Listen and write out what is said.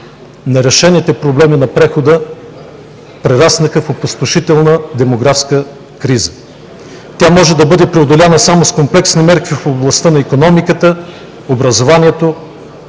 Нерешените проблеми на прехода прераснаха в опустошителна демографска криза. Тя може да бъде преодоляна само с комплексни мерки в областта на икономиката, образованието,